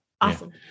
Awesome